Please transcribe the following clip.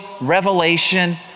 revelation